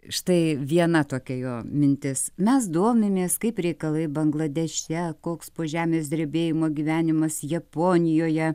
štai viena tokia jo mintis mes domimės kaip reikalai bangladeše koks po žemės drebėjimo gyvenimas japonijoje